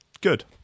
good